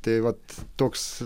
tai vat toks